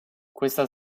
questa